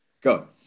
Go